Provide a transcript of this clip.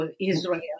Israel